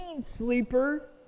sleeper